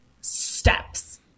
steps